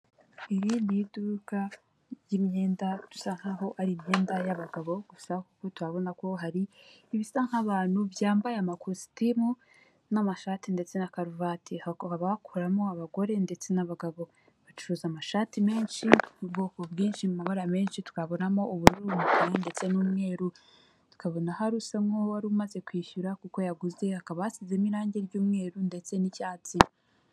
Iri ni iduka ry'imyenda dusa nk'aho ari imyenda y'abagabo gusa kuko turabona ko hari ibisa nk'abantu byambaye amakositimu n'amashati ndetse na karuvati hakaba hakoreramo abagore ndetse n'abagabo bacuruza amashati menshi, ubwoko bwinshi mu mabara menshi twabonamo ubururu bukaye ndetse n'umweruru, tukabona hari usa nk'uwari umaze kwishyura kuko yaguze hakaba hasizemo irangi ry'umweru ndetse n'icyatsi.